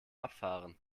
abfahren